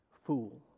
Fool